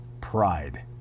pride